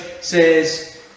says